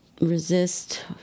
resist